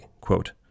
quote